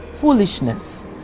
foolishness